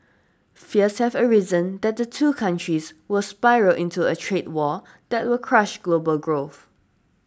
fears have arisen that the two countries will spiral into a trade war that will crush global growth